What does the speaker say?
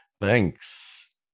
Thanks